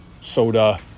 soda